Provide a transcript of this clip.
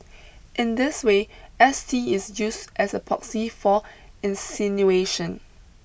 in this way S T is used as a proxy for insinuation